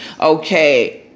Okay